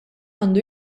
għandu